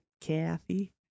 Kathy